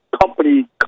company